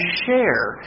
share